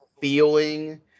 feeling